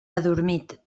adormit